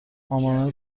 امنه